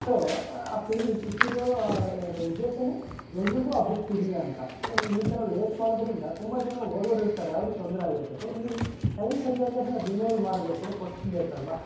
so ಆ period ಇಟ್ಟಿರೋ ಅದು ಉದ್ದೇಶನೇ ಎಲ್ಲರಿಗೂ ಆ ಬುಕ್ ಸಿಗಲಿ ಅಂತ ಸೊ ನೀವು ಈ ಥರ ಲೇಟ್ ಮಾಡೋದರಿಂದ ತುಂಬ ಜನ ಓದೋರು ಇರ್ತಾರೆ ಅವ್ರಿಗೆ ತೊಂದರೆ ಆಗುತ್ತೆ ಸೊ ನೀವು ಟೈಮ್ ಸರಿಯಾಗಿ ಅದನ್ನು ರಿನೀವಲ್ ಮಾಡಬೇಕು ಇಲ್ಲ ಕೊಟ್ಟಿರ್ಬೇಕಲ್ವಾ